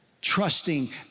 trusting